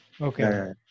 Okay